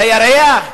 לירח?